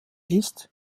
ist